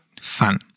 fun